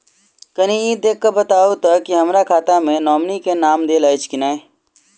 कनि ई देख कऽ बताऊ तऽ की हमरा खाता मे नॉमनी केँ नाम देल अछि की नहि?